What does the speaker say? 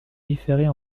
différer